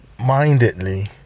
mindedly